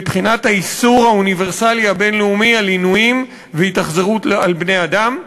מבחינת האיסור האוניברסלי הבין-לאומי על עינויים והתאכזרות לבני-אדם.